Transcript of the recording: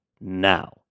now